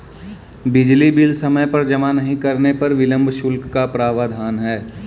बिजली बिल समय पर जमा नहीं करने पर विलम्ब शुल्क का प्रावधान है